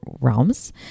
realms